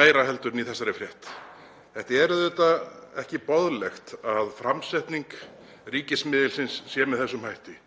meira heldur en í þessari frétt? Það er auðvitað ekki boðlegt að framsetning ríkismiðilsins sé með þessum hætti.